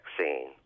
vaccine